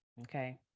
okay